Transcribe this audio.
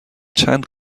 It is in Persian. چند